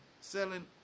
selling